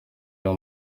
ayo